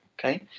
okay